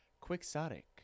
Quixotic